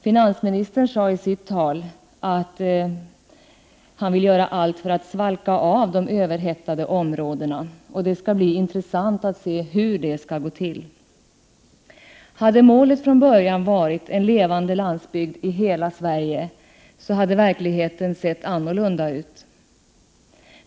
Finansministern sade i sitt tal att han ville göra allt för att svalka av de överhettade områdena. Det skall bli intressant att se hur det skall gå till. Hade målet från början varit en levande landsbygd i hela Sverige, hade verkligheten sett annorlunda ut.